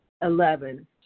Eleven